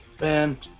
Man